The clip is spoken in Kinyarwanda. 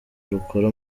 rukora